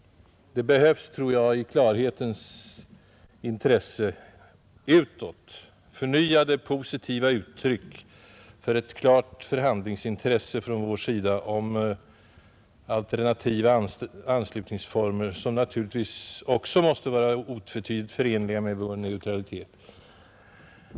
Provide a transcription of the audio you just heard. Det behövs, tror jag, för att skapa klarhet utåt förnyade, positiva uttryck för ett klart förhandlingsintresse från vår sida om alternativa anslutningsformer, som naturligtvis också måste vara otvetydigt förenliga med vår neutralitet.